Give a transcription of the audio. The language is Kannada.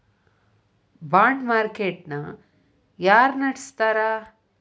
ಬಾಂಡ್ಮಾರ್ಕೇಟ್ ನ ಯಾರ್ನಡ್ಸ್ತಾರ?